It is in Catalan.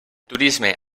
turisme